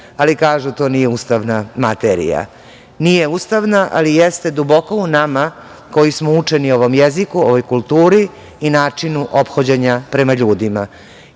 ali kažu da to nije ustavna materija. Nije ustavna, ali jeste duboko u nama koji smo učeni ovom jeziku, ovoj kulturi i načinu ophođenja prema ljudima. Svejedno